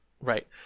Right